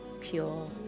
pure